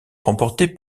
remportée